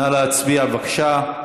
נא להצביע, בבקשה.